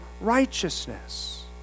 righteousness